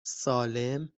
سالم